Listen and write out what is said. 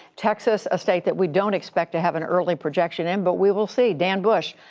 texas a state that we don't expect to have an early projection in, but we will see. dan bush,